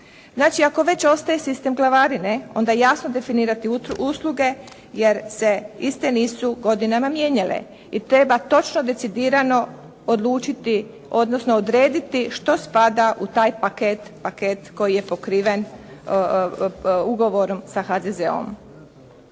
Znači ako već ostaje sistem glavarine onda jasno definirati usluge jer se iste nisu godinama mijenjale i treba točno decidirano odlučiti odnosno odrediti što spada u taj paket koji je pokriven ugovorom sa HZZO-om.